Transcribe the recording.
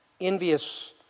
Envious